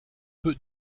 peu